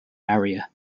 area